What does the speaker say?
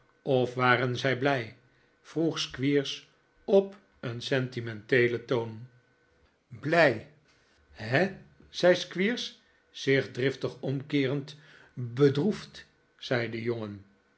of waren zij blij vroeg squeers op een sentimenteelen toon blij he zei squeers zich driftig omkeerend bedroefd zei de jongen